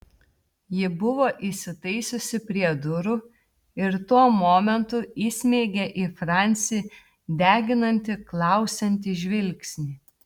ji buvo įsitaisiusi prie durų ir tuo momentu įsmeigė į francį deginantį klausiantį žvilgsnį